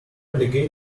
obligated